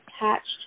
attached